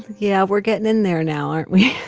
yeah. we're getting in there now, aren't we?